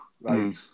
right